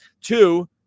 Two